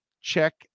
check